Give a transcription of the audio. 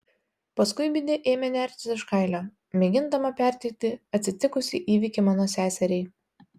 paskui bidė ėmė nertis iš kailio mėgindama perteikti atsitikusį įvykį mano seseriai